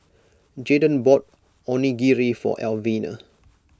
Jaydon bought Onigiri for Elvina